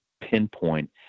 pinpoint